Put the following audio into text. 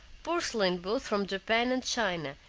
porcelain both from japan and china,